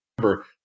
Remember